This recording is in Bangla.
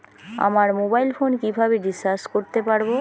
আমার মোবাইল ফোন কিভাবে রিচার্জ করতে পারব?